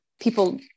people